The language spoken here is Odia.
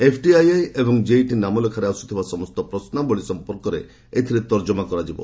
ଏଫ୍ଟିଆଇଆଇ ଏବଂ କେଇଟି ନାମଲେଖାରେ ଆସୁଥିବା ସମସ୍ତ ପ୍ରଶ୍ରାବଳୀ ସମ୍ପର୍କରେ ଏଥିରେ ତର୍ଜମା କରାଯିବ